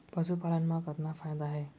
पशुपालन मा कतना फायदा हे?